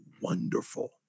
wonderful